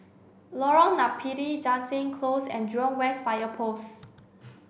Lorong Napiri Jansen Close and Jurong West Fire Post